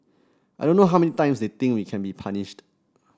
I don't know how many times they think we can be punished